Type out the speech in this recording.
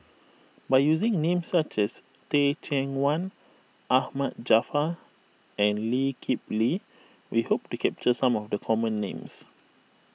by using names such as Teh Cheang Wan Ahmad Jaafar and Lee Kip Lee we hope to capture some of the common names